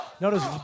Notice